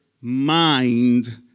mind